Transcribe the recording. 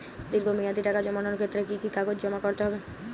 দীর্ঘ মেয়াদি টাকা জমানোর ক্ষেত্রে কি কি কাগজ জমা করতে হবে?